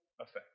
effect